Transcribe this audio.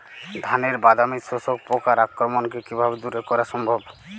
ধানের বাদামি শোষক পোকার আক্রমণকে কিভাবে দূরে করা সম্ভব?